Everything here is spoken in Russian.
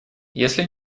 если